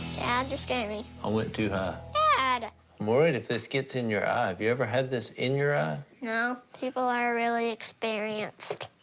and you're scaring me. i went too high. dad! i'm worried if this gets in your eye. have you ever had this in your eye? no. people are really experienced.